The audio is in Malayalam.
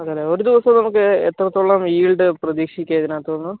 അതല്ലേ ഒരു ദിവസം നമുക്ക് എത്രത്തോളം ഈൽഡ് പ്രതീക്ഷിക്കാം ഇതിനകത്തു നിന്ന്